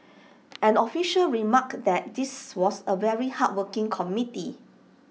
an official remarked that this was A very hardworking committee